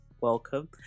welcome